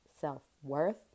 self-worth